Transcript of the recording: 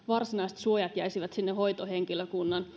suojat jäisivät sinne hoitohenkilökunnan